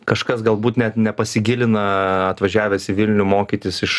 kažkas galbūt net nepasigilina atvažiavęs į vilnių mokytis iš